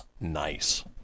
nice